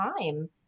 time